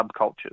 subcultures